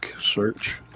Search